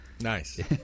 Nice